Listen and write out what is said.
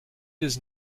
does